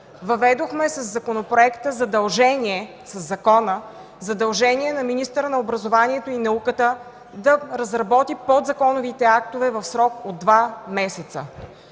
въведохме задължение на министъра на образованието и науката да разработи подзаконовите актове в срок от два месеца